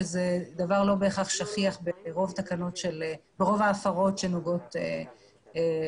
שזה דבר לא בהכרח שכיח ברוב ההפרות שנוגעות לחקיקה,